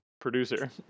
producer